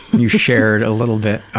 you shared a little bit,